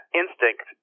instinct